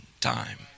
time